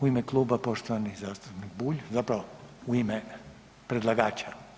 U ime kluba poštovani zastupnik Bulj, zapravo u ime predlagača.